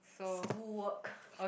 schoolwork